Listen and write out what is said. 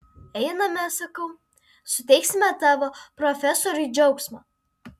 einame sakau suteiksime tavo profesoriui džiaugsmo